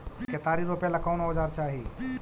केतारी रोपेला कौन औजर चाही?